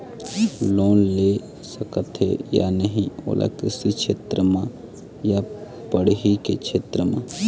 Loan ले सकथे या नहीं ओला कृषि क्षेत्र मा या पढ़ई के क्षेत्र मा?